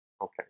okay